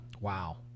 Wow